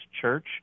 church